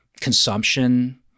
consumption